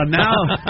now